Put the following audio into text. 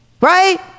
Right